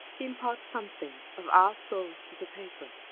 impart something of our souls to the paper,